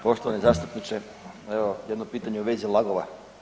Poštovani zastupniče, evo jedno pitanje u vezi LAG-ova.